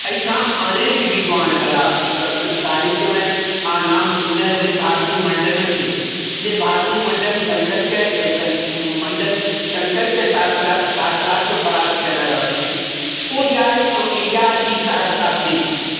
एहिठाम अनेक बिद्वान भेला संस्कृत साहित्यमे अहाँ नाम सुनने होयबनि भारती मण्डनकके जे भारती मण्डन शङ्करके सङ्क मण्डन शङ्करके शास्त शास्त्रार्थमे परास्त कयने रहथिन ओ इएह ई इएह ई सहरसा थीक